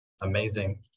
Amazing